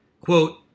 Quote